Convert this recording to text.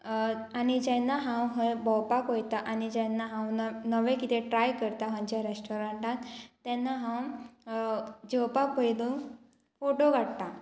आनी जेन्ना हांव खंय भोवपाक वयता आनी जेन्ना हांव नव नवें कितें ट्राय करता खंयच्या रेस्टोरंटान तेन्ना हांव जेवपाक पयलू फोटो काडटा